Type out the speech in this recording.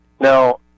Now